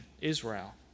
Israel